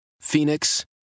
Phoenix